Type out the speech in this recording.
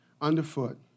underfoot